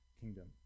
kingdom